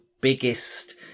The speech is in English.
biggest